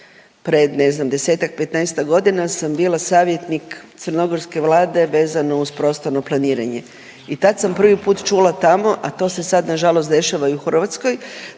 pred ne znam desetak, petnaestak godina sam bila savjetnik crnogorske Vlade vezano uz prostorno planiranje. I tad sam prvi put čula tamo, a to se sad na žalost dešava i u Hrvatskoj,